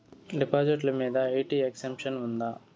డిపాజిట్లు మీద IT exemption ఉందా?